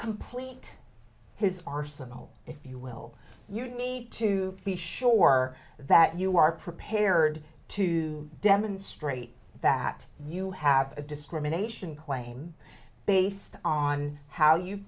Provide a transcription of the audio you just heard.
complete his arsenal if you will you need to be sure that you are prepared to demonstrate that you have a discrimination claim based on how you've